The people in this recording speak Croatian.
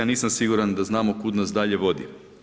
Nisam siguran da znamo kud nas dalje vodi.